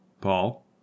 Paul